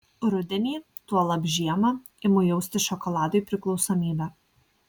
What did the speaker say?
rudenį tuolab žiemą imu jausti šokoladui priklausomybę